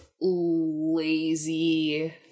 lazy